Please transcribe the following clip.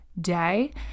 day